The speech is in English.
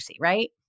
right